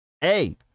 Hey